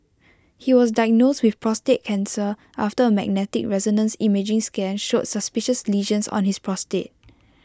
he was diagnosed with prostate cancer after A magnetic resonance imaging scan showed suspicious lesions on his prostate